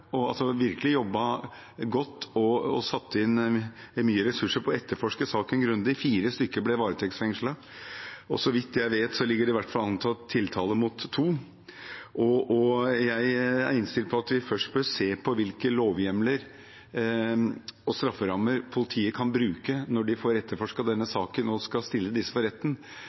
og virkelig jobbet godt og satt inn mye ressurser på å etterforske saken grundig. Fire stykker ble varetektsfengslet, og så vidt jeg vet, ligger det i hvert fall an til tiltale mot to. Jeg er innstilt på at vi først bør se på hvilke lovhjemler og strafferammer som politiet kan bruke når de får etterforsket denne saken og skal stille disse for retten.